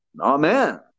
Amen